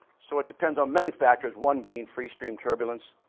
so, it depends on many factors, one being free stream turbulence.